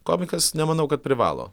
komikas nemanau kad privalo